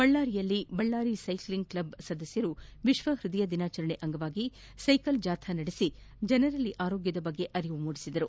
ಬಳ್ಳಾರಿಯಲ್ಲಿ Ballari cycling club ಸದಸ್ಯರು ವಿಶ್ವ ಹೃದಯ ದಿನಾಚರಣೆ ಅಂಗವಾಗಿ ಸ್ಟೆಕಲ್ ಜಾಥ ನಡೆಸಿ ಜನರಲ್ಲಿ ಆರೋಗ್ಯದ ಬಗ್ಗೆ ಅರಿವು ಮೂಡಿಸಿದರು